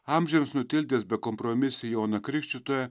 amžiams nutildęs bekompromisį joną krikštytoją